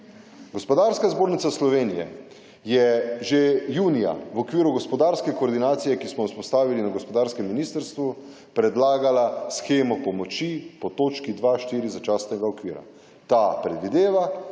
Gospodarska zbornica Slovenija je že junija v okviru gospodarske koordinacije, ki smo jo vzpostavili na gospodarskem ministrstvu predlagala shemo pomoči po točki 2.4. začasnega okvira ta predvideva